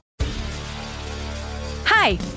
hi